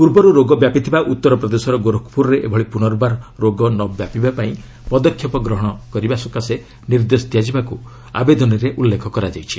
ପୂର୍ବରୁ ରୋଗ ବ୍ୟାପିଥିବା ଉତ୍ତର ପ୍ରଦେଶର ଗୋରଖପୁରରେ ଏଭଳି ପୁନର୍ବାର ରୋଗ ନ ବ୍ୟାପିବାପାଇଁ ପଦକ୍ଷେପ ନେବାଲାଗି ନିର୍ଦ୍ଦେଶ ଦିଆଯିବାକୁ ଆବେଦନରେ ଉଲ୍ଲେଖ କରାଯାଇଛି